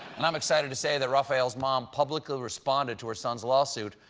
and i'm excited to say that raphael's mom publicly responded to her son's lawsuit,